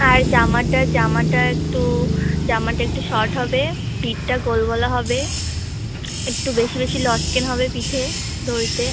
আর জামাটা জামাটা একটু জামাটা একটু শর্ট হবে পিঠটা গোল গলা হবে একটু বেশি বেশি লটকন হবে পিঠে দড়িতে